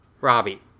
Robbie